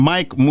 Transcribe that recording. Mike